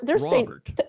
Robert